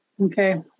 okay